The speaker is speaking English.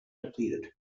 depleted